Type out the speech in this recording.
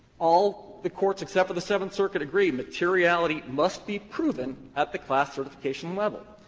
all the courts except for the seventh circuit agree materiality must be proven at the class certification level.